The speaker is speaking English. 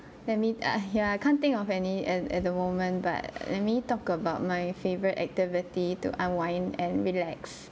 let me uh yeah I can't think of any at at the moment but let me talk about my favourite activity to unwind and relax